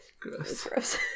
gross